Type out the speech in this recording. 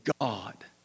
God